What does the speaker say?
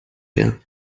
her